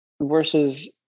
versus